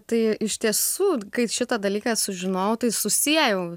tai iš tiesų kai šitą dalyką sužinojau tai susiejau